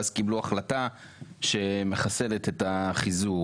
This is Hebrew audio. ואז קיבלו החלטה שמחסלת את החיזוק,